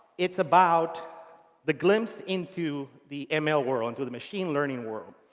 it's about the glimpse into the ml world, into the machine learning world.